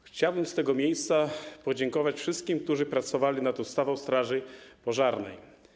Chciałbym z tego miejsca podziękować wszystkim, którzy pracowali nad ustawą o straży pożarnej.